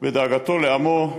בדאגתו לעמו,